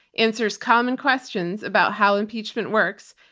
answers common questions about how impeachment works,